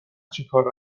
چیکاره